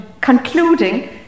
concluding